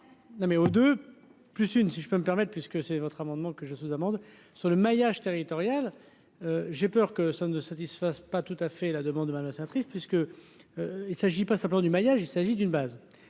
non mais oh, de plus, une si je peux me permettre, puisque c'est votre amendement que je suis amende sur le maillage territorial, j'ai peur que ça ne satisfasse pas tout à fait la demande même la sénatrice puisque il s'agit pas simplement du maillage, il s'agit d'une base